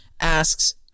asks